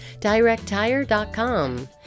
DirectTire.com